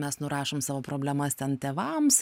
mes nurašom savo problemas ten tėvams